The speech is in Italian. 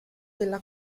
della